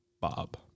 Bob